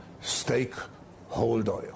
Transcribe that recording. stakeholder